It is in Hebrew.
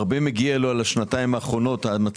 שהרבה מגיע לך על השנתיים האחרונות.